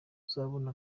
azabona